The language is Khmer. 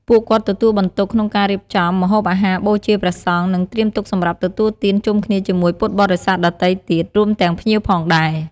ក្រៅពីនេះវាក៏តម្រូវឲ្យមានការរៀបចំផែនការ និងកម្លាំងច្រើនក្នុងការសហការបម្រើភ្ញៀវ។